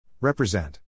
Represent